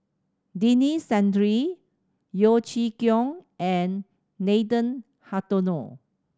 Denis Santry Yeo Chee Kiong and Nathan Hartono